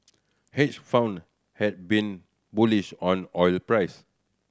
hedge fund had been bullish on oil price